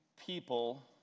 people